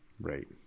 Right